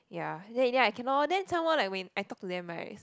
ya then in the end I cannot orh then some more when I talk to them right